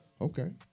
Okay